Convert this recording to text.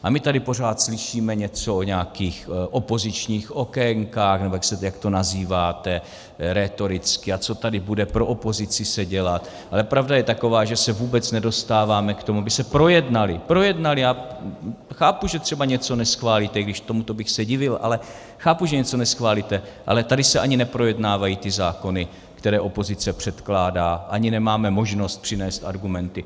A my tady pořád slyšíme něco o nějakých opozičních okénkách, nebo jak to nazýváte rétoricky, a co tady bude pro opozici se dělat, ale pravda je taková, že se vůbec nedostáváme k tomu, aby se projednaly projednaly, já chápu, že třeba něco neschválíte, i když tomuto bych se divil, ale chápu, že něco neschválíte ale tady se ani neprojednávají ty zákony, které opozice předkládá, ani nemáme možnost přinést argumenty.